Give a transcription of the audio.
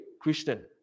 Christian